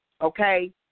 okay